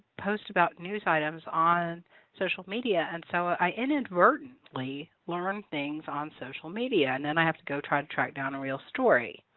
post about news items on social media and so i inadvertently learn things on social media and then i have to go try to track down the real story.